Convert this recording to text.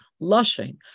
lushing